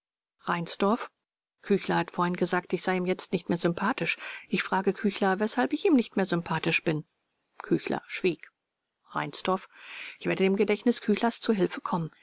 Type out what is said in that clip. reinsdorf küchler hat vorhin gesagt ich sei ihm jetzt nicht mehr sympathisch ich frage küchler weshalb ich ihm nicht mehr sympathisch bin küchler schwieg reinsdorf ich werde dem gedächtnis küchlers zu hilfe kommen